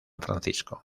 francisco